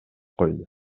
койду